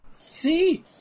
See